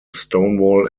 stonewall